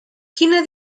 quina